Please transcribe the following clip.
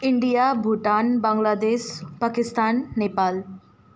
India Bhutan Bangladesh Pakistan Nepal